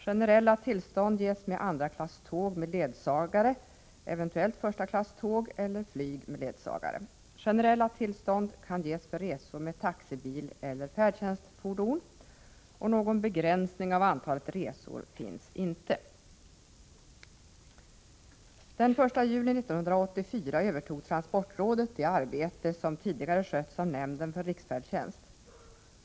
Generella tillstånd ges med andra klass tåg med ledsagare, eventuellt första klass tåg eller flyg med ledsagare. Generella tillstånd kan ges för resor med taxibil eller färdtjänstfordon. Någon begränsning av antalet resor finns inte. Den 1 juli 1984 övertog transportrådet det arbete som tidigare skötts av nämnden för riksfärdtjänst.